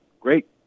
great